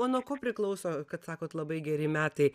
o nuo ko priklauso kad sakot labai geri metai